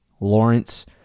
Lawrence